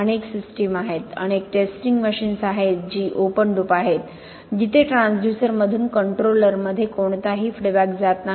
अनेक सिस्टीम आहेत अनेक टेस्टिंग मशीन्स आहेत जी ओपन लूप आहेत जिथे ट्रान्सड्यूसरमधून कंट्रोलरमध्ये कोणताही फीडबॅक जात नाही